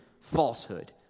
falsehood